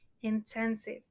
intensive